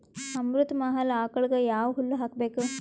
ಅಮೃತ ಮಹಲ್ ಆಕಳಗ ಯಾವ ಹುಲ್ಲು ಹಾಕಬೇಕು?